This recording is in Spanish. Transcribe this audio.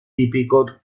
típico